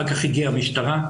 אחר כך הגיעה המשטרה.